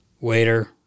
Waiter